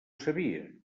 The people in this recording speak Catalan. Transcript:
sabia